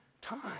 time